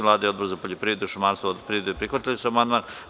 Vlada i Odbor za poljoprivredu, šumarstvo i vodoprivredu prihvatili su amandman.